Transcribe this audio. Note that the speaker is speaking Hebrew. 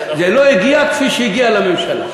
זה לא הגיע כפי שזה הגיע לממשלה.